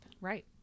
right